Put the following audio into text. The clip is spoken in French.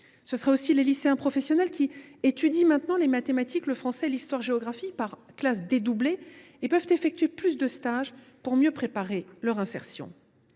ou encore les lycéens professionnels, qui étudient désormais les mathématiques, le français, l’histoire géographie par classe dédoublée et peuvent effectuer plus de stages pour mieux préparer leur insertion.